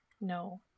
no